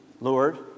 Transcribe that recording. Lord